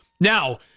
Now